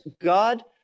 God